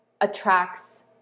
attracts